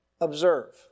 observe